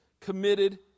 committed